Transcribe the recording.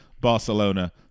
Barcelona